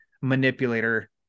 manipulator